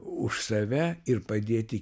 už save ir padėti